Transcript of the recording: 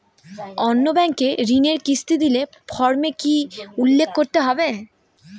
অন্য ব্যাঙ্কে ঋণের কিস্তি দিলে ফর্মে কি কী উল্লেখ করতে হবে?